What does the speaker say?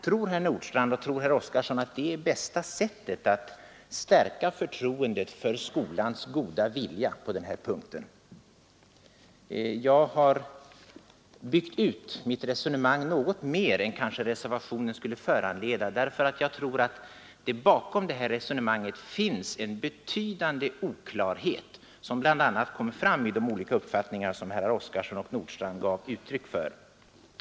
Tror herrar Nordstrandh och Oskarson i Halmstad att det är det bästa sättet att stärka förtroendet för skolans goda vilja på denna punkt? Jag har byggt ut mitt resonemang något mer än vad reservationen kanske skulle föranleda, därför att jag tror att det bakom resonemanget finns en betydande oklarhet som bl.a. kommer fram i de olika uppfattningar som herrar Nordstrandh och Oskarson gav uttryck för.